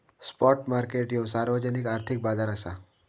spot market ह्यो सार्वजनिक आर्थिक बाजार असा